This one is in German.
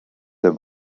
der